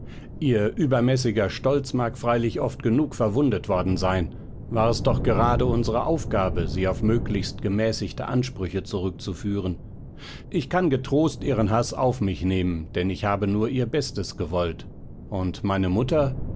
ihr übermäßiger stolz mag freilich oft genug verwundet worden sein war es doch gerade unsere aufgabe sie auf möglichst gemäßigte ansprüche zurückzuführen ich kann getrost ihren haß auf mich nehmen denn ich habe nur ihr bestes gewollt und meine mutter